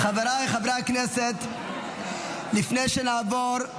חבריי חברי הכנסת לפני שנעבור,